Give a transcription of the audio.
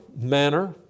manner